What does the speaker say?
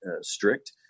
strict